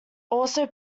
also